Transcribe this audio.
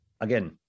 again